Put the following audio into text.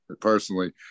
personally